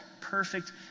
perfect